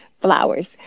flowers